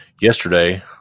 yesterday